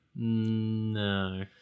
No